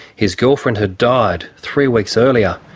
his girlfriend had died three weeks earlier,